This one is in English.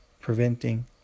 preventing